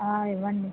ఇవ్వండి